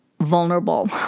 vulnerable